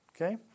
Okay